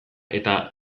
eta